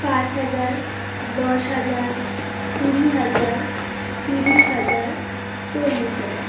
পাঁচ হাজার দশ হাজার কুড়ি হাজার তিরিশ হাজার চল্লিশ হাজার